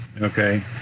okay